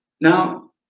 Now